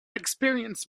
experienced